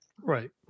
Right